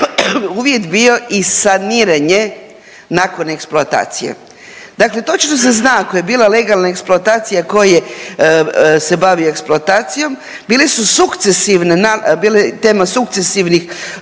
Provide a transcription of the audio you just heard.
uvjet bio i saniranje nakon eksploatacije. Dakle, točno se zna ako je bila legalna eksploatacija tko je se bavio eksploatacijom, bile su sukcesivne, bila je tema sukcesivnih